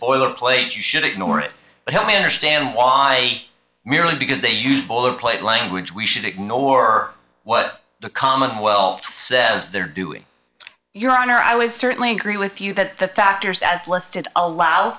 the place you should ignore it but help me understand why merely because they use boilerplate language we should ignore what the commonwealth says they're doing your honor i would certainly agree with you that the factors as listed allow